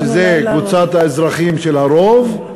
וזו קבוצת האזרחים של הרוב.